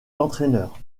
d’entraîneur